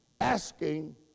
asking